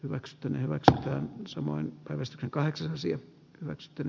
weckström hyvältä samoin karista kaheksansia växter